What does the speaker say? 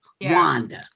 Wanda